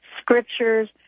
scriptures